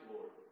Lord